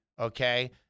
okay